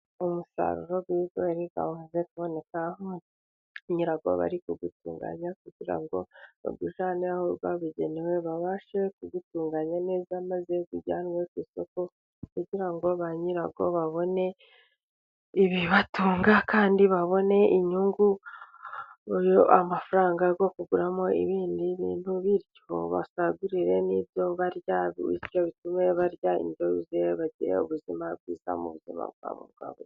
Umusaruro wamaze kuboneka, aho nyirabyo bari kuwutunganya kugira ngo bawushire aho wabugenewe, babashe kuwutunganya neza, maze ujyanwe ku isoko, kugira ngo ba nyirawo babone ibibatunga kandi babone inyungu, amafaranga bagomba kuguramo ibindi bintu bityo basagure n'ibyo barya, bityo bitume barya indyo yuzuye bagire ubuzima bwiza mu buzima bwabo bwa buri munsi.